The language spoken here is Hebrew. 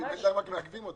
כי בינתיים רק מעכבים אותו.